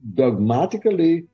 dogmatically